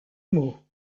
mots